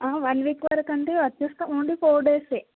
one week వరకు అంటే వచ్చేస్తాము ఓన్లీ ఫోర్ డేస్ ఏ